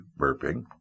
burping